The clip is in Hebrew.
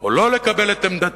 או לא לקבל את עמדתו,